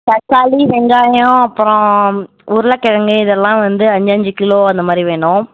தக்காளி வெங்காயம் அப்றம் உருளைக்கிழங்கு இதெல்லாம் வந்து அஞ்சு அஞ்சு கிலோ அந்த மாதிரி வேணும்